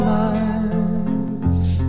life